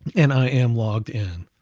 and i am logged in.